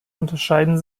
unterscheiden